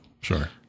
sure